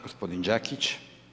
Gospodin Đakić.